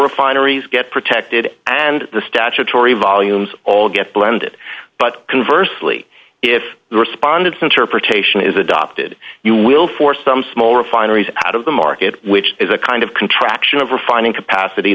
refineries get protected and the statutory volumes all get blended but converse lee if the respondents interpretation is adopted you will for some small refineries out of the market which is a kind of contraction of refining capacity